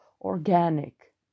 organic